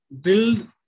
Build